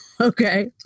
Okay